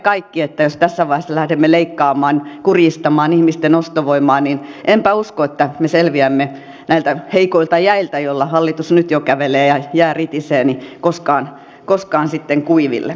jos tässä vaiheessa lähdemme leikkaamaan kuristamaan ihmisten ostovoimaa niin enpä usko että me selviämme näiltä heikoilta jäiltä joilla hallitus nyt jo kävelee ja jää ritisee koskaan sitten kuiville